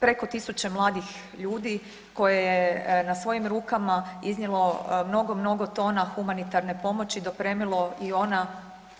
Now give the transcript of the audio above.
Preko tisuće mladih ljudi koje je na svojim rukama iznijelo mnogo, mnogo tona humanitarne pomoći dopremilo i u ona